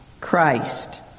Christ